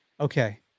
Okay